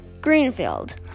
Greenfield